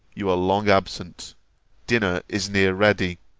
you are long absent dinner is near ready.